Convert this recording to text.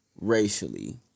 racially